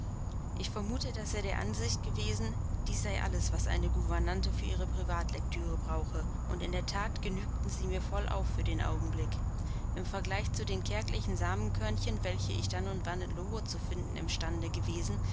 ich vermute daß er der ansicht gewesen dies sei alles was eine gouvernante für ihre privatlektüre brauche und in der that genügten sie mir vollauf für den augenblick im vergleich zu den kärglichen samenkörnchen welche ich dann und wann in lowood zu finden imstande gewesen